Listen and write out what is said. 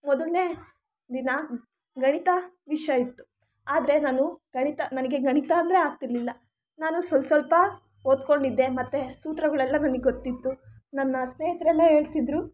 ಮೊದಲನೇ ದಿನ ಗಣಿತ ವಿಷಯ ಇತ್ತು ಆದರೆ ನಾನು ಗಣಿತ ನನಗೆ ಗಣಿತ ಅಂದರೆ ಆಗ್ತಿರ್ಲಿಲ್ಲ ನಾನು ಸ್ವಲ್ಪ ಸ್ವಲ್ಪ ಓದ್ಕೊಂಡಿದ್ದೆ ಮತ್ತೆ ಸೂತ್ರಗಳೆಲ್ಲ ನನಗೆ ಗೊತ್ತಿತ್ತು ನನ್ನ ಸ್ನೇಹಿತರೆಲ್ಲ ಹೇಳ್ತಿದ್ರು